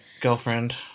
girlfriend